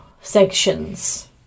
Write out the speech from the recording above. sections